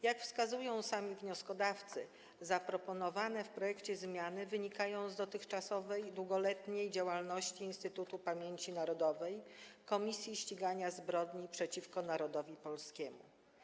Jak wskazują sami wnioskodawcy, zaproponowane w projekcie zmiany wynikają z dotychczasowej, długoletniej działalności Instytutu Pamięci Narodowej - Komisji Ścigania Zbrodni przeciwko Narodowi Polskiemu.